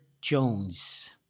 Jones